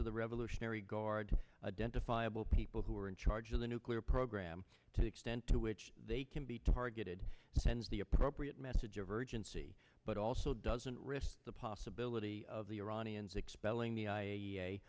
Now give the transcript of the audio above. of the revolutionary guard identifiable people who are in charge of the nuclear program to the extent to which they can be targeted sends the appropriate message a virgin but also doesn't risk the possibility of the iranians expelling the